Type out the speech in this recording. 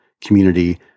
community